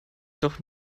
doch